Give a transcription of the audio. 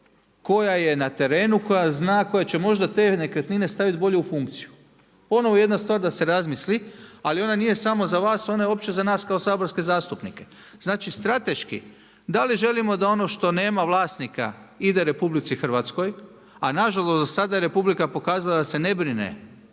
koja je na terenu, koja zna, koja će možda te nekretnine staviti bolje u funkciju. Ono jedna stvar da se razmisli, ali ona nije samo za vas, ona je opće za nas kao saborske zastupnike. Znači, strateški, da li želimo da ono što nema vlasnika ide RH, a nažalost, do sada je Republika pokazala da se ne brine